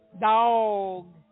Dog